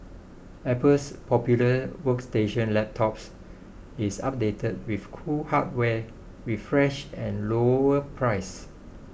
Apple's popular workstation laptops is updated with cool hardware refresh and lower prices